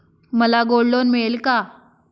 मला gold loan मिळेल का?